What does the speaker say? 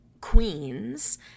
queens